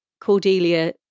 Cordelia